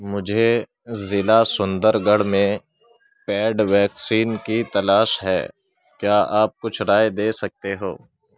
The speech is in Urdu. مجھے ضلع سندر گڑھ میں پیڈ ویکسین کی تلاش ہے کیا آپ کچھ رائے دے سکتے ہو